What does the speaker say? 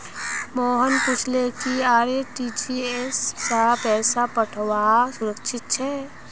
मोहन पूछले कि आर.टी.जी.एस स पैसा पठऔव्वा सुरक्षित छेक